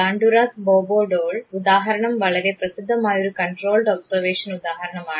Bandura's Bobo doll ഉദാഹരണം വളരെ പ്രസിദ്ധമായൊരു കൺട്രോൾഡ് ഒബ്സർവേഷൻ ഉദാഹരണമാണ്